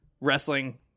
wrestling